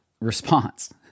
response